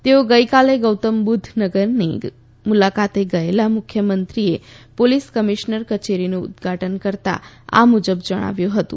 તેઓ ગઈકાલે ગૌતમ બુધ્ધ નગરની મુલાકાતે ગયેલા મુખ્યમંત્રીએ પોલીસ કમિશનર કચેરીનું ઉદઘાટન કરતાં આ મુજબ જણાવ્યું હતું